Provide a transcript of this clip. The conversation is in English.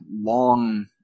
long